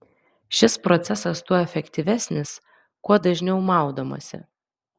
šis procesas tuo efektyvesnis kuo dažniau maudomasi